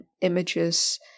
images